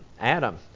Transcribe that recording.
Adam